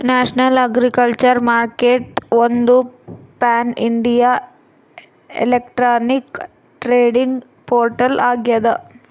national agriculture ಮಾರ್ಕೆಟ್ಒಂದು pan India electronic trading portal ಆಗ್ಯದ